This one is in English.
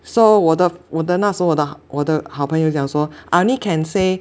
so 我的我的那时候的我的好朋友讲说 I only can say